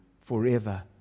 forever